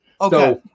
Okay